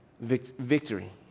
victory